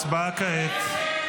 הצבעה כעת.